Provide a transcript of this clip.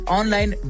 online